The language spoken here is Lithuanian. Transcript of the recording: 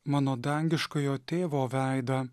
mano dangiškojo tėvo veidą